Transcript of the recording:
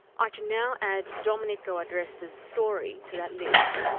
i can now add domenico agresta's story to that list.